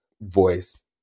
voice